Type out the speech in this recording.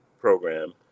program